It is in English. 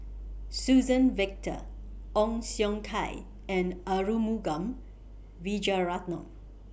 Suzann Victor Ong Siong Kai and Arumugam Vijiaratnam